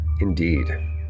Indeed